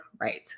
right